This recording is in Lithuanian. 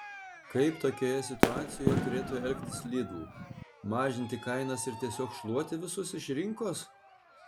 kaip tokioje situacijoje turėtų elgtis lidl mažinti kainas ir tiesiog šluoti visus iš rinkos